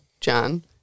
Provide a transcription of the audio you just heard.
John